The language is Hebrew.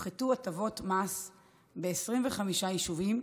הופחתו הטבות מס ב-25 יישובים,